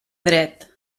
dret